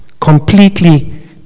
completely